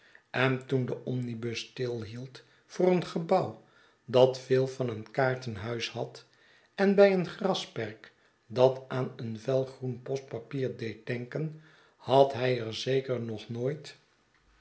en toen de omnibus stilhield voor een gebouw dat veel van een kaartenhuis had en bij een grasperk dat aan een vel groen postpapier deed denken had hij er zeker nog nooit